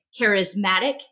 charismatic